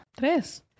Tres